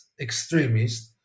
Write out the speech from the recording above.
extremists